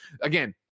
Again